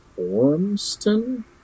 Ormston